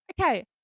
okay